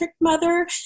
mother